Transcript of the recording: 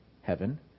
heaven